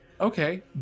okay